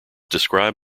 described